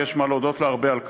ויש מה להודות לה הרבה על כך.